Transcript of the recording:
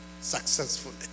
successfully